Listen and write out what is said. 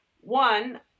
One